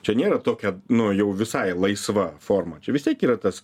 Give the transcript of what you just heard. čia nėra tokia nu jau visai laisva forma čia vis tiek yra tas